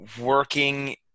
working